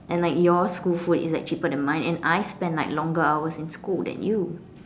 and like your school food is like cheaper than mine and I spend like longer hours in school than you